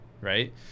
right